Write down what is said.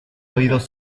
oídos